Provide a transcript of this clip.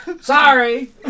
Sorry